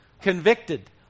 convicted